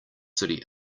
city